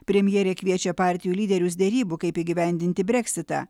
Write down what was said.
premjerė kviečia partijų lyderius derybų kaip įgyvendinti breksitą